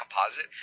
composite